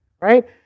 right